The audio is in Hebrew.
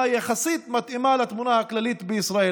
יחסית מתאימה לתמונה הכללית בישראל.